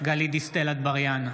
גלית דיסטל אטבריאן,